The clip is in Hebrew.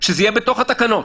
שזה יהיה בתוך התקנות,